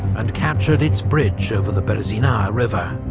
and captured its bridge over the berezina river.